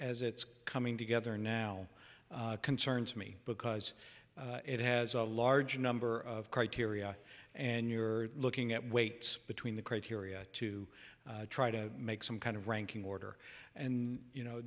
as it's coming together now concerns me because it has a large number of criteria and you're looking at weight between the criteria to try to make some kind of ranking order and you know